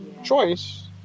choice